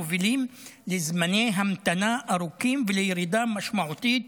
מובילה לזמני המתנה ארוכים ולירידה משמעותית